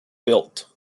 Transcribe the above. built